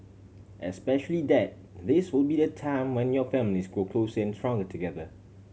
especially that this will be a time when your families grow closer and stronger together